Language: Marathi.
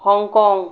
हाँगकाँग